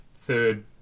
third